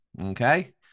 Okay